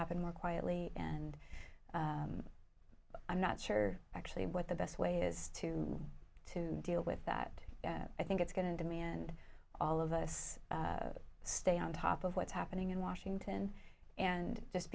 happen more quietly and i'm not sure actually what the best way is to to deal with that that i think it's going to demand all of us stay on top of what's happening in washington and just